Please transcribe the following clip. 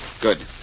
Good